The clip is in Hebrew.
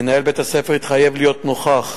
מנהל בית-הספר התחייב להיות נוכח,